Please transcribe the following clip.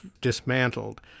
dismantled